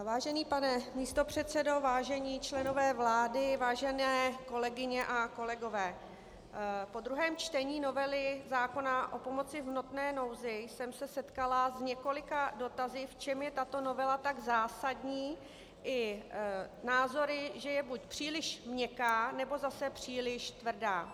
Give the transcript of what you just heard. Vážený pane místopředsedo, vážení členové vlády, vážené kolegyně a kolegové, po druhém čtení novely zákona o pomoci v hmotné nouzi jsem se setkala s několika dotazy, v čem je tato novela tak zásadní, i názory, že je buď příliš měkká, nebo zase příliš tvrdá.